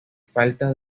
falta